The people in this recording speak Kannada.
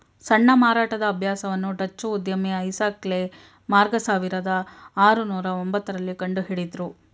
ಸಣ್ಣ ಮಾರಾಟದ ಅಭ್ಯಾಸವನ್ನು ಡಚ್ಚು ಉದ್ಯಮಿ ಐಸಾಕ್ ಲೆ ಮಾರ್ಗ ಸಾವಿರದ ಆರುನೂರು ಒಂಬತ್ತ ರಲ್ಲಿ ಕಂಡುಹಿಡುದ್ರು